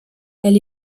elle